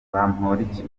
bamporiki